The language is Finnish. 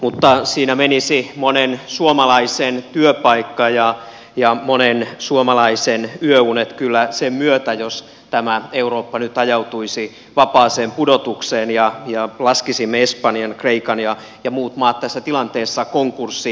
mutta siinä menisi monen suomalaisen työpaikka ja monen suomalaisen yöunet kyllä sen myötä jos eurooppa nyt ajautuisi vapaaseen pudotukseen ja laskisimme espanjan kreikan ja muut maat tässä tilanteessa konkurssiin